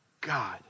God